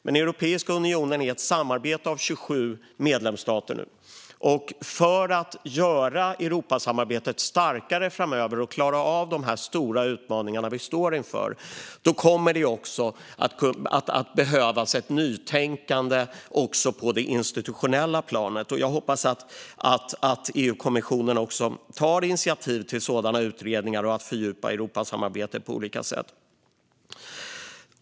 Men Europeiska unionen är ett samarbete mellan 27 medlemsstater, och för att göra Europasamarbetet starkare framöver och klara av de stora utmaningar vi står inför kommer det att behövas ett nytänkande också på det institutionella planet. Jag hoppas att EU-kommissionen tar initiativ till sådana utredningar och till att fördjupa Europasamarbetet på olika sätt.